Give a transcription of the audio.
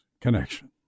connection